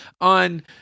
on